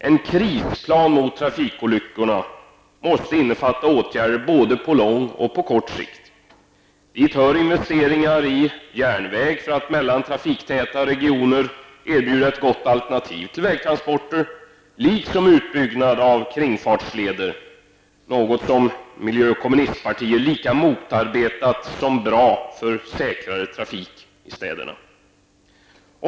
En krisplan i syfte att förhindra trafikolyckor måste innefatta åtgärder på både lång och kort sikt. Dit hör investeringar i järnvägar för att i fråga om kommunikationerna mellan trafiktäta regioner kunna erbjuda ett gott alternativ till vägtransporter. Dessutom gäller det utbyggnaden av kringfartsleder -- något som miljöpartiet och kommunistpartiet har motarbetat, fastän sådana här leder är bra för en säkrare trafik i städerna.